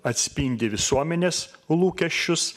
atspindi visuomenės lūkesčius